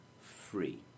free